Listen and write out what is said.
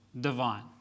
divine